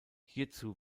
hierzu